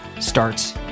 starts